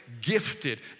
gifted